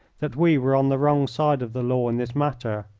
that we were on the wrong side of the law in this matter.